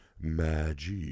magic